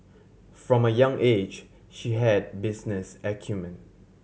from a young age she had business acumen